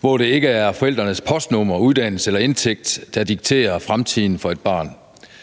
hvor det ikke er forældrenes postnummer, uddannelse eller indtægt, der dikterer fremtiden for et barn.